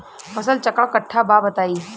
फसल चक्रण कट्ठा बा बताई?